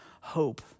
hope